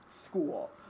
school